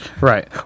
Right